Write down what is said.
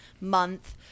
month